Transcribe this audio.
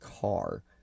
car